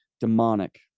demonic